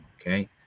Okay